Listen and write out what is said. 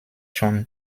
schon